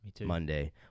Monday